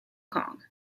kong